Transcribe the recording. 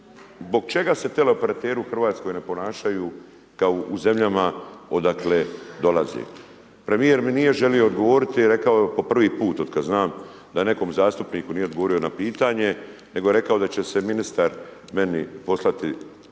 zbog čega se teleoperateri u Hrvatskoj ne ponašaju kao u zemljama odakle dolaze. Premjer mi nije želio odgovoriti, i rekao je po prvi put od kada znam, da nekom zastupniku nije odgovorio na pitanje, nego je rekao da će se ministar, meni, poslati ovaj